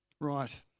Right